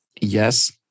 yes